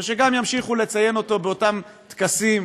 וגם ימשיכו לציין אותו באותם טקסים,